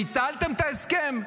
ביטלתם את ההסכם?